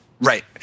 right